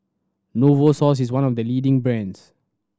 Novosource is one of the leading brands